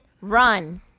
Run